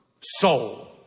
soul